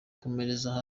komereza